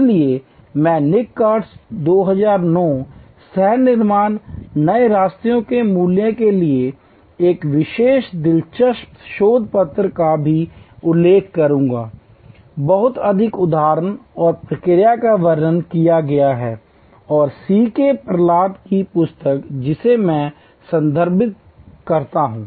इसलिए मैं Nick Coates 2009 सह निर्माण नए रास्तों के मूल्य के लिए इस विशेष दिलचस्प शोध पत्र का भी उल्लेख करूंगा बहुत अधिक उदाहरण और प्रक्रिया का वर्णन किया गया है और सी के प्रहलाद की पुस्तक जिसे मैं संदर्भित करता हूं